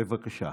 בבקשה.